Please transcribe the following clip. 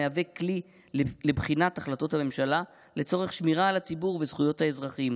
המהווה כלי לבחינת החלטות הממשלה לצורך שמירה על הציבור וזכויות האזרחים